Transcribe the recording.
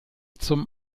zum